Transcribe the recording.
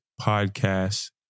podcast